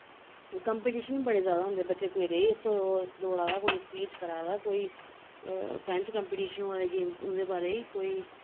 competition बी बड़े ज्यादा होंदे बच्चे कोई रेस च दौड़ा दा कोई स्पीच करा दा कोई फ्रैंच कंपीटीशन होआ दे केईं उं'दे बारे च कोई